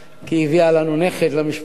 כי היא הביאה לנו נכד למשפחה,